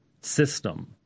system